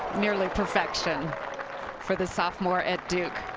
nearly perfection for the soft more at duke.